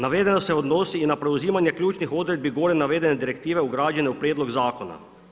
Navedeno se odnosi i na preuzimanje ključnih odredbi gore navedene direktive ugrađene u prijedlog zakona.